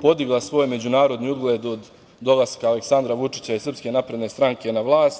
podigla svoji međunarodni ugled od dolaska Aleksandra Vučića i Srpske napredne stranka na vlast.